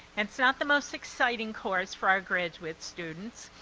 and it's not the most exciting course for our graduate students,